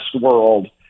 world